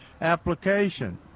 application